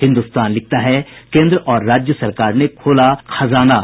हिन्दुस्तान लिखता है केंद्र और राज्य सरकार ने खोला खजाना